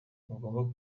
mugomba